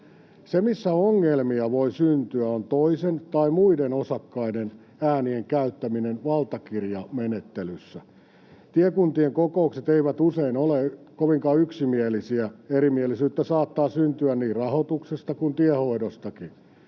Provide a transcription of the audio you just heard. Se, missä ongelmia voi syntyä, on toisen tai muiden osakkaiden äänien käyttäminen valtakirjamenettelyssä. Tiekuntien kokoukset eivät usein ole kovinkaan yksimielisiä. Erimielisyyttä saattaa syntyä niin rahoituksesta kuin tienhoidostakin.